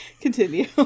Continue